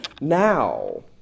now